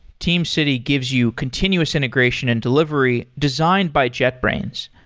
teamcity gives you continuous integration and delivery designed by jetbrains.